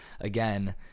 again